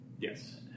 Yes